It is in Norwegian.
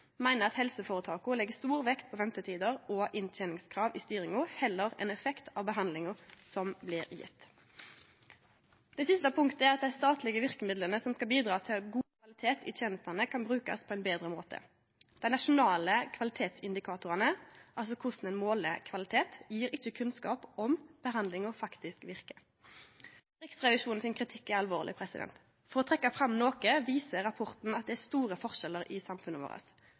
meiner at helseføretaka legg stor vekt på ventetider og innteningskrav i styringa heller enn på effekt av behandlinga som blir gjeven. Det siste punktet er at dei statlege verkemidla som skal bidra til god kvalitet i tenestene, kan brukast på ein betre måte. Dei nasjonale kvalitetsindikatorane, altså korleis ein måler kvalitet, gjev ikkje kunnskap om i kva grad behandlinga faktisk verkar. Kritikken frå Riksrevisjonen er alvorleg. For å trekkje fram noko viser rapporten at det er store forskjellar i samfunnet